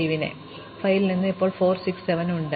അതിനാൽ 5 ൽ നിന്ന് ഇപ്പോൾ നമുക്ക് 4 6 7 ഉണ്ട്